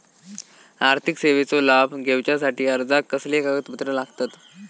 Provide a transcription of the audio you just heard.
आर्थिक सेवेचो लाभ घेवच्यासाठी अर्जाक कसले कागदपत्र लागतत?